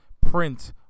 print